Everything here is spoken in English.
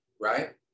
right